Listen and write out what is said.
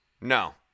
No